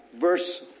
verse